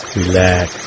relax